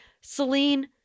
Celine